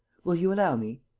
will you allow me?